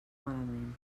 malament